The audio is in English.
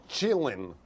Chilling